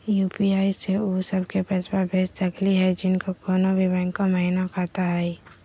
UPI स उ सब क पैसा भेज सकली हई जिनका कोनो भी बैंको महिना खाता हई?